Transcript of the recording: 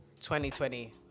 2020